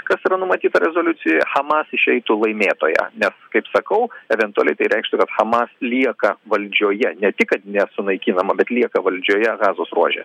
kas yra numatyta rezoliucijoje hamas išeitų laimėtoja nes kaip sakau eventualiai tai reikštų kad hamas lieka valdžioje ne tik kad nesunaikinama bet lieka valdžioje gazos ruože